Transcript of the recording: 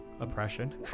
oppression